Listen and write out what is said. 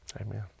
Amen